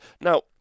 Now